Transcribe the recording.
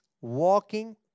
walking